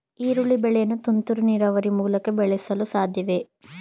ಈರುಳ್ಳಿ ಬೆಳೆಯನ್ನು ತುಂತುರು ನೀರಾವರಿ ಮೂಲಕ ಬೆಳೆಸಲು ಸಾಧ್ಯವೇ?